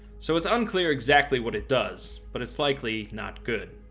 so it's unclear exactly what it does, but it's likely not good.